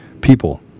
people